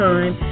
Time